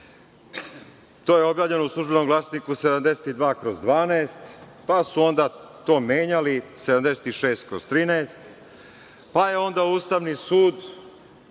To je objavljeno u „Službenom glasniku“ br. 72/12, pa su onda to menjali, 76/13, pa je onda Ustavni sud